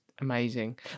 amazing